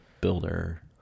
builder